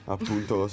Appunto